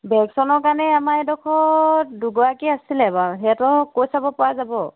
ভেশছনৰ বাবে আমাৰ এই ডোখৰত দুগৰাকী আছিল বাৰু সিহঁতক কৈ চাব পৰা যাৱ